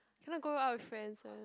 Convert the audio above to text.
cannot go out friends ah